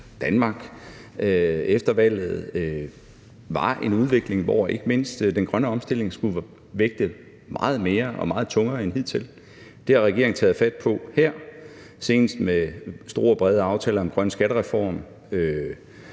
Danmark efter valget, var en udvikling, hvor ikke mindst den grønne omstilling skulle vægtes meget mere og veje meget tungere end hidtil. Det har regeringen taget fat på her, senest med den store og brede aftale om en grøn skattereform;